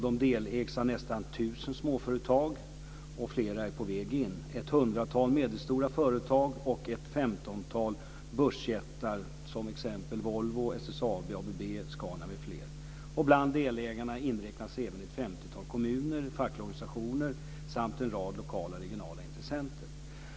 De delägs av nästan tusen småföretag, och flera är på väg in, ett hundratal medelstora företag och ett femtontal börsjättar som exempelvis Volvo, SSAB, ABB och Scania. Bland delägarna inräknas även ett femtiotal kommuner, fackliga organisationer samt en rad lokala och regionala intressenter.